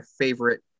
favorite